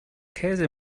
käse